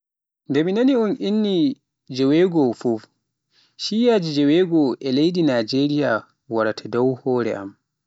Nde mi nani un inni ni jeweego, shiyyaji jeewegoo e leydi Najeriya warata dow hore am.